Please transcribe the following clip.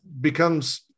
becomes